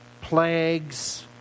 plagues